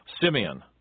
Simeon